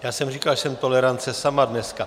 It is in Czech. Já jsem říkal, že jsem tolerance sama dneska.